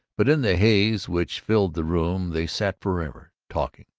but in the haze which filled the room they sat forever, talking,